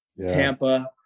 Tampa